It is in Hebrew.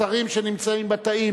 השרים שנמצאים בתאים,